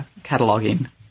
cataloging